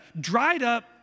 dried-up